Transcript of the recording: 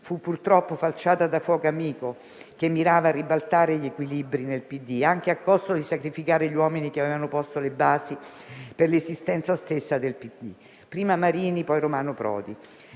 fu purtroppo falciata da fuoco amico che mirava a ribaltare gli equilibri nel Partito Democratico, anche a costo di sacrificare gli uomini che avevano posto le basi per l'esistenza stessa del partito: prima Marini e, poi, Romano Prodi.